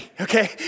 okay